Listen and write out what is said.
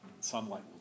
sunlight